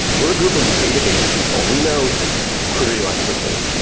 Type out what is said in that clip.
we're a group of database people. we know query languages.